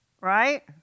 Right